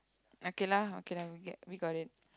okay lah okay lah we get we got it